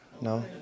No